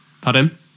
Pardon